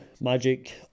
magic